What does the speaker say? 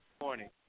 morning